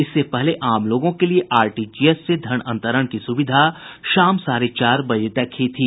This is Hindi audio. इससे पहले आम लोगों के लिए आरटीजीएस से धन अंतरण की सुविधा शाम साढ़े चार बजे तक ही थी